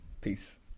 peace